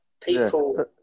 people